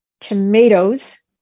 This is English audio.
tomatoes